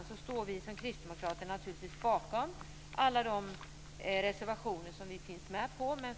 I övrigt står vi kristdemokrater naturligtvis bakom alla de reservationer vi stöder.